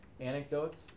anecdotes